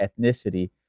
ethnicity